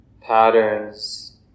patterns